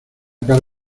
cara